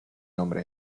nombre